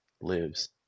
lives